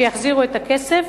שיחזירו את הכסף,